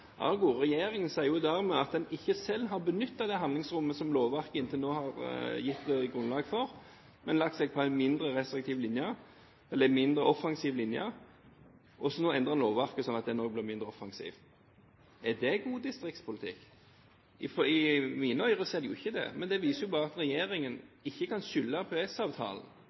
sier regjeringen at en ikke selv har benyttet det handlingsrommet som lovverket inntil nå har gitt grunnlag for, men lagt seg på en mindre offensiv linje, og nå endrer lovverket sånn at det òg blir mindre offensivt. Er det god distriktspolitikk? I mine ører er det jo ikke det. Det viser bare at regjeringen ikke kan skylde